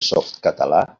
softcatalà